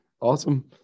awesome